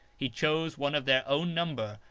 he chose one of their own number,